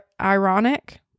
Ironic